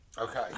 okay